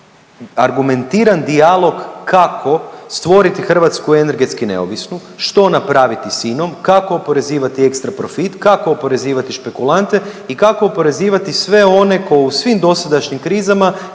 argumentiran dijalog kako stvoriti Hrvatsku energetski neovisnu, što napraviti s INA-om, kako oporezivati ekstra profit, kako oporezivati špekulante i kako oporezivati sve one ko u svim dosadašnjim krizama